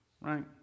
Right